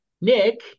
Nick